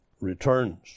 returns